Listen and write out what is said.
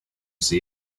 see